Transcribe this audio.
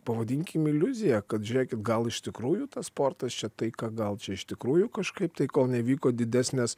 pavadinkim iliuzija kad žiūrėkit gal iš tikrųjų tas sportas čia taika gal čia iš tikrųjų kažkaip tai kol nevyko didesnės